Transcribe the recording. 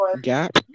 gap